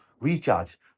recharge